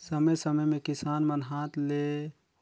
समे समे में किसान मन हांथ ले